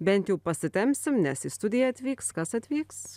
bent jau pasitempsim nes į studiją atvyks kas atvyks